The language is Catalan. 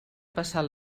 passar